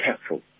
careful